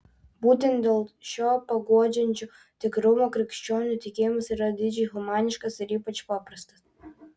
būtent dėl šio paguodžiančio tikrumo krikščionių tikėjimas yra didžiai humaniškas ir ypač paprastas